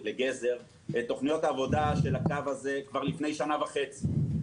גזר את תוכניות העבודה של הקו הזה כבר לפני שנה וחצי.